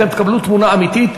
אתם תקבלו תמונה אמיתית,